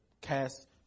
cast